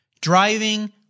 driving